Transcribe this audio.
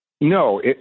No